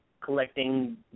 collecting